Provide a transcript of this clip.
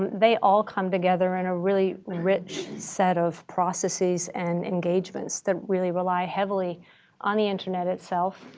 they all come together in a really rich set of processes and engagements that really rely heavily on the internet itself,